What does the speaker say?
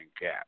gap